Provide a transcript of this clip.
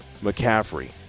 McCaffrey